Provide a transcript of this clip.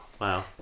Wow